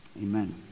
amen